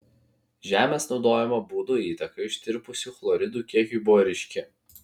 žemės naudojimo būdo įtaka ištirpusių chloridų kiekiui buvo ryški